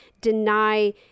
deny